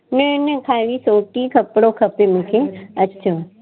न न ख़ाली सोटी कपिड़ो खपे मूंखे अछो